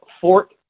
Fort